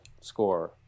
score